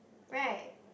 right